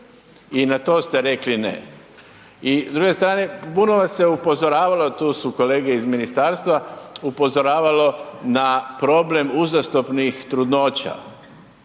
I na to ste rekli ne. I s druge strane, puno vas se upozoravalo, tu su kolege iz ministarstva, upozoravalo na problem uzastopnih trudnoća,